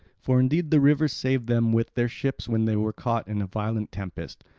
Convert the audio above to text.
for indeed the river saved them with their ships when they were caught in a violent tempest.